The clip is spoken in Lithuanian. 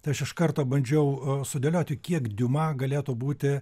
tai aš iš karto bandžiau sudėlioti kiek diuma galėtų būti